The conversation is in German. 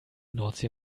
nordsee